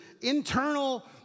internal